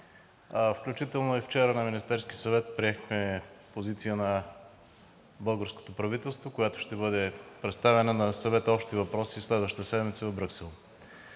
включително вчера на Министерски съвет приехме позиция на българското правителство, която ще бъде представена на Съвета по общи въпроси следващата седмица в Брюксел.